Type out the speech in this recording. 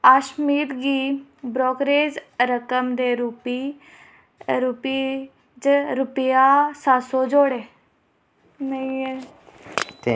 अशमीत गी ब्रोकरेज रकम दे रूपै च रपेआ सत्त सौ जोड़ो